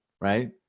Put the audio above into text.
right